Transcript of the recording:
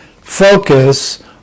focus